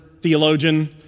theologian